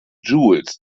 jules